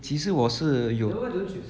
其实我是有